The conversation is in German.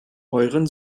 euren